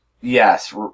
Yes